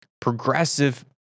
progressive